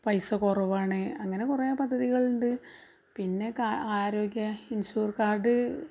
പൈസ കുറവാണ് അങ്ങനെ കുറേ പദ്ധതികളുണ്ട് പിന്നെ ആരോഗ്യ ഇൻഷോർ കാർഡ്